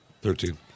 thirteen